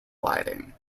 gliding